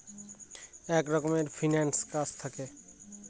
এক রকমের ফিন্যান্স কাজ থাকে